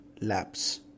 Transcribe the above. laps